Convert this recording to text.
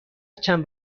چند